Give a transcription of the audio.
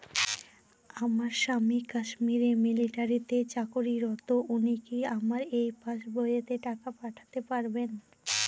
আমার স্বামী কাশ্মীরে মিলিটারিতে চাকুরিরত উনি কি আমার এই পাসবইতে টাকা পাঠাতে পারবেন?